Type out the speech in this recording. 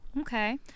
Okay